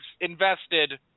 invested